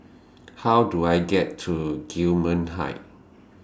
How Do I get to Gillman Heights